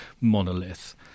monolith